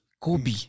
Kobe